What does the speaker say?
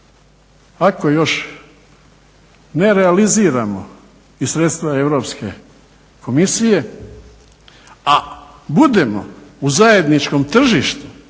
Ako još ne realiziramo iz sredstva Europske komisije, a budemo u zajedničkom tržištu